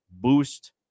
boost